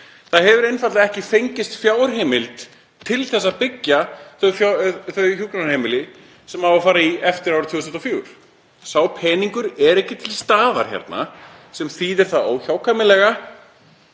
það hefur einfaldlega ekki fengist fjárheimild til að byggja þau, þau hjúkrunarheimili sem á að fara í eftir árið 2024. Sá peningur er ekki til staðar hérna sem þýðir þá óhjákvæmilega